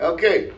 Okay